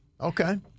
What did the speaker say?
Okay